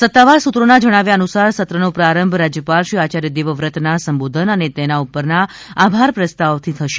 સત્તાવાર સૂત્રોના જણાવ્યા અનુસાર સત્રનો પ્રારંભ રાજ્યપાલ શ્રીઆયાર્ય દેવવ્રતના સંબોધન અને તેના ઉપરના આભાર પ્રસ્તાવ થી થશે